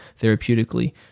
therapeutically